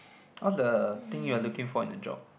what's the thing you are looking for in a job